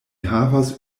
havas